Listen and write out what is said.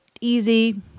easy